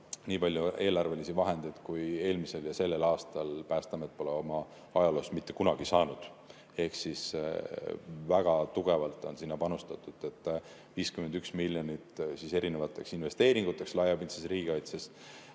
nii palju eelarvelisi vahendeid kui eelmisel ja sellel aastal pole Päästeamet oma ajaloos mitte kunagi saanud. Ehk väga tugevalt on sinna panustatud: 51 miljonit erinevateks investeeringuteks laiapindses riigikaitses.